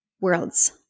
worlds